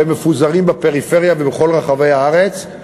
והם מפוזרים בפריפריה ובכל רחבי הארץ,